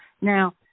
Now